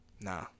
Nah